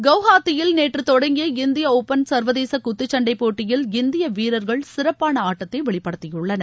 குவஹாத்தியில் நேற்று தொடங்கியஇந்தியா ஒபன் சர்வதேச குத்துச்சண்டை போட்டியில் இந்திய வீரர்கள் சிறப்பான ஆட்டத்தை வெளிப்படுத்தியுள்ளனர்